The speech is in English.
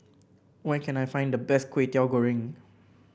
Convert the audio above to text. where can I find the best Kway Teow Goreng